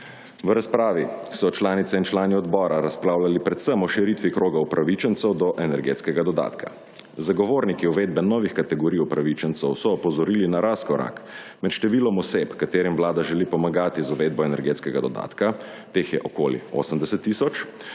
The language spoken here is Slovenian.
V razpravi so članice in člani odbora razpravljali predvsem o širitvi kroga upravičencev do energetskega dodatka. Zagovorniki uvedbe novih kategorij upravičencev so opozorili na razkorak, med številom oseb, katerim Vlada želi pomagati z uvedbo energetskega dodatka, teh je okoli 80 tisoč,